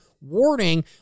warning